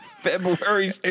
February